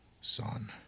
Son